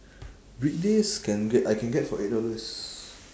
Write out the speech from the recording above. weekdays can get I can get for eight dollars